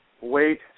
wait